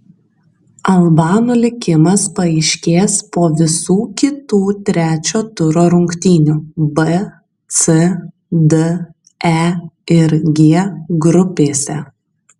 albanų likimas paaiškės po visų kitų trečio turo rungtynių b c d e ir g grupėse